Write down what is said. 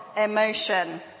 emotion